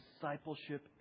discipleship